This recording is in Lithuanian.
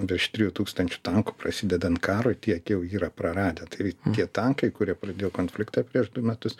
virš trijų tūkstančių tankų prasidedant karui tiek jau yra praradę tai tie tankai kurie pradėjo konfliktą prieš du metus